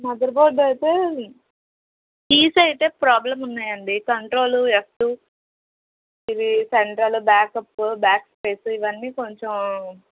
mother board అయితే keys అయితే problem ఉన్నాయండి కంట్రోలు ఎఫ్ టూ ఇవి సెంట్రల్ బ్యాక్అప్ బ్యాక్ స్పేస్ ఇవన్నీ కొంచెం